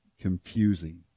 confusing